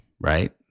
right